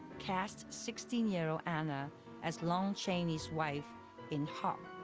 cast sixteen year old anna as lon chaney's wife in hop,